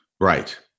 Right